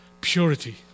purity